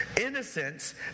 innocence